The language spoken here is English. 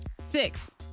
Six